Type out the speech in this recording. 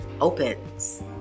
opens